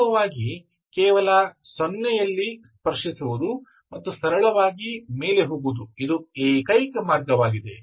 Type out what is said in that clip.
ವಾಸ್ತವವಾಗಿ ಕೇವಲ 0 ನಲ್ಲಿ ಸ್ಪರ್ಶಿಸುವುದು ಮತ್ತು ಸರಳವಾಗಿ ಮೇಲೆ ಹೋಗುವುದು ಇದು ಏಕೈಕ ಮಾರ್ಗವಾಗಿದೆ